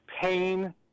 pain